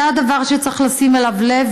זה הדבר שצריך לשים אליו לב,